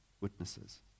witnesses